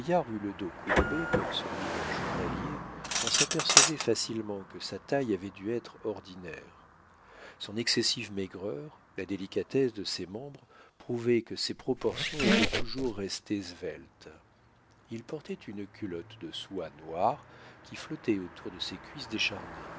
le dos courbé comme celui d'un journalier on s'apercevait facilement que sa taille avait dû être ordinaire son excessive maigreur la délicatesse de ses membres prouvaient que ses proportions étaient toujours restées sveltes il portait une culotte de soie noire qui flottait autour de ses cuisses décharnées